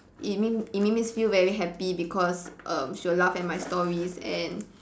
it make me it makes me feel very happy because err she will laugh at my stories and